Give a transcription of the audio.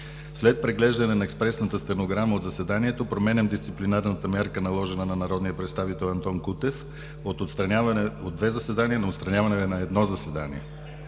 След преглеждане на експресната стенограма от заседанието променям дисциплинарната мярка, наложена на народния представител Антон Кутев, от „отстраняване от две заседания“ на „отстраняване от едно заседание“.